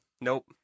nope